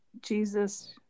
Jesus